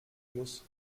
muss